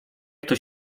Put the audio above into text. kto